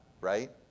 right